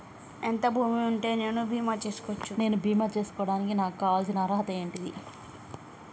ఎంత భూమి ఉంటే నేను బీమా చేసుకోవచ్చు? నేను బీమా చేసుకోవడానికి నాకు కావాల్సిన అర్హత ఏంటిది?